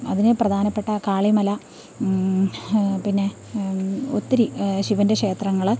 അതിന് പ്രധാനപ്പെട്ട കാളിമല പിന്നെ ഒത്തിരി ശിവൻ്റെ ക്ഷേത്രങ്ങള്